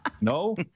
No